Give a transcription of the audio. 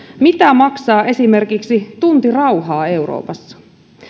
mitä maksaa esimerkiksi tunti rauhaa euroopassa